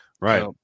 Right